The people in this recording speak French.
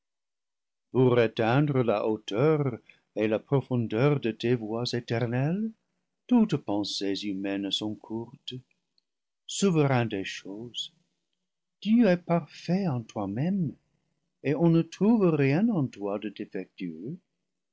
pour atteindre la hauteur et la profondeur de tes voies éternelles toutes pensées humaines sont courtes souverain des choses tu es parfait en toi-même et on ne trouve rien en toi de défectueux